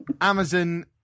Amazon